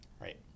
Right